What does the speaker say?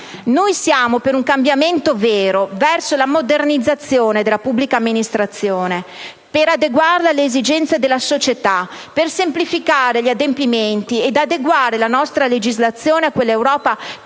Noi siamo per un cambiamento vero, verso la modernizzazione della pubblica amministrazione, per adeguarla alle esigenze della società, per semplificare gli adempimenti e adeguare la nostra legislazione a quell'Europa